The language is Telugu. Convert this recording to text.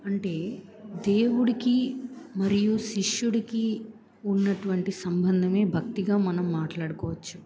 అంటే దేవుడికి మరియు శిష్యుడికి ఉన్నటువంటి సంబంధమే భక్తిగా మనం మాట్లాడుకోవచ్చు